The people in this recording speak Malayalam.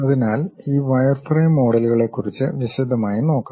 അതിനാൽ ഈ വയർഫ്രെയിം മോഡലുകളെക്കുറിച്ച് വിശദമായി നോക്കാം